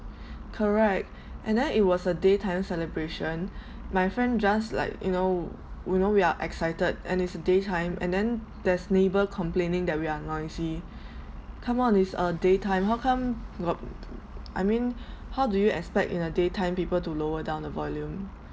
correct and then it was a daytime celebration my friend just like you know we know we are excited and it's a daytime and then there's neighbour complaining that we are noisy come on it's a daytime how come got I mean how do you expect in the daytime people to lower down the volume